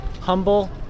humble